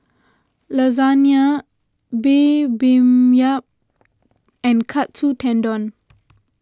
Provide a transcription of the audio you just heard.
Lasagne Bibimbap and Katsu Tendon